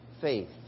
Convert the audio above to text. faith